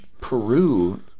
Peru